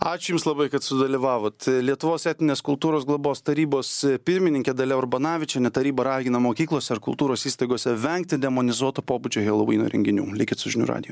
ačiū jums labai kad sudalyvavot lietuvos etninės kultūros globos tarybos pirmininkė dalia urbanavičienė taryba ragina mokyklose ar kultūros įstaigose vengti demonizuoto pobūdžio helovyno renginių likit su žinių radiju